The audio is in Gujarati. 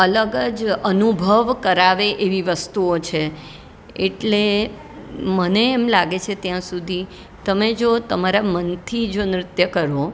અલગ જ અનુભવ કરાવે એવી વસ્તુઓ છે એટલે મને એમ લાગે છે ત્યાં સુધી તમે જો તમારા મનથી જો નૃત્ય કરો